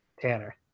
Tanner